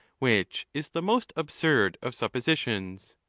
which is the most absurd of suppositions.